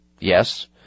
Yes